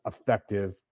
effective